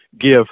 give